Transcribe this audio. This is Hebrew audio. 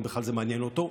אם בכלל זה מעניין אותו,